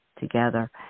together